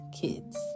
kids